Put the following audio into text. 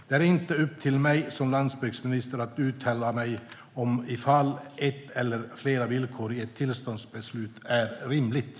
Det är inte upp till mig som landsbygdsminister att uttala mig om ifall ett eller flera villkor i ett tillståndsbeslut är rimliga.